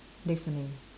listening